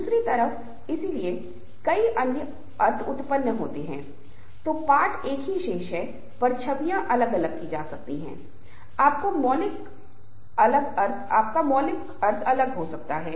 समूह के सदस्यों का पालन किया जाता है और सामूहिक प्रभावशीलता की प्रक्रिया को सुनिश्चित करने के लिए सामूहिक दबाव डाला जाता है